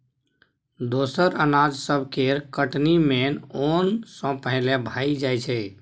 दोसर अनाज सब केर कटनी मेन ओन सँ पहिले भए जाइ छै